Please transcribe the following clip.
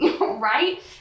right